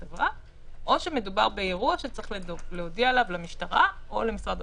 או שמדובר באירוע שצריך להודיע עליו למשטרה או למשרד הבריאות.